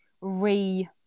re-